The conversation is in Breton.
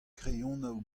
kreionoù